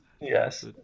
Yes